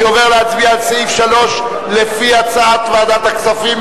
אני עובר להצביע על סעיף 3 לפי הצעת ועדת הכספים,